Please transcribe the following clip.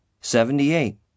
Seventy-eight